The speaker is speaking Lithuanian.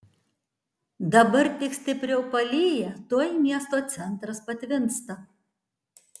dabar tik stipriau palyja tuoj miesto centras patvinsta